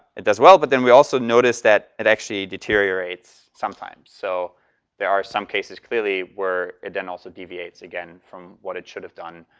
it does well, but then we also notice that it actually deteriorates sometimes. so there are some cases, clearly, where it then also deviates again from what it should have done.